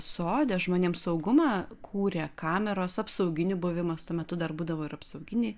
sode žmonėm saugumą kūrė kameros apsauginių buvimas tuo metu dar būdavo ir apsauginiai